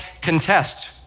contest